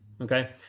Okay